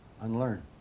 Unlearn